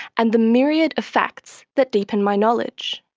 and the myriad of facts that deepen my knowledge.